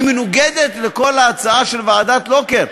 היא מנוגדת לכל ההצעה של ועדת לוקר.